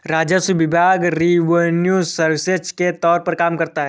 राजस्व विभाग revenue services के तौर पर काम करता है